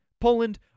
Poland